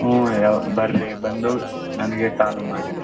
ಹ್ಞೂ ಬರ್ರಿ ಬಂದು ನಮಗೆ ಕಾಲ್ ಮಾಡಿ